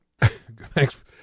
thanks